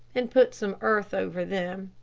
and put some earth over them.